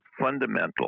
Fundamental